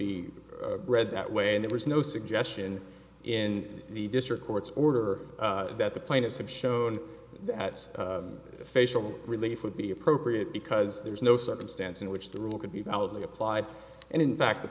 be read that way and there was no suggestion in the district court's order that the plaintiffs have shown that the facial relief would be appropriate because there is no circumstance in which the rule could be validly applied and in fact the